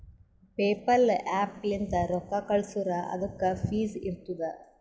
PayPal app ಲಿಂತ್ ರೊಕ್ಕಾ ಕಳ್ಸುರ್ ಅದುಕ್ಕ ಫೀಸ್ ಇರ್ತುದ್